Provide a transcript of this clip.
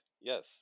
yes